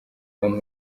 abantu